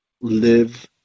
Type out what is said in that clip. live